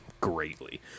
greatly